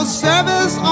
service